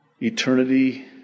Eternity